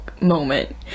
moment